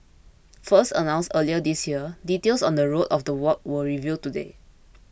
first announced earlier this year details on the route of the walk were revealed today